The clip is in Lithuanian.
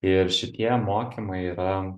ir šitie mokymai yra